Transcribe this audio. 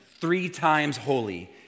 three-times-holy